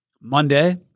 Monday